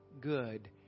good